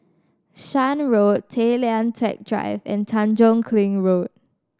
Shan Road Tay Lian Teck Drive and Tanjong Kling Road